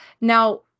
Now